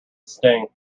sting